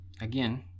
Again